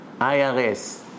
IRS